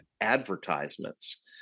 advertisements